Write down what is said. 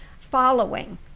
following